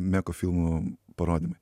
meko filmų parodymai